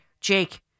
Jake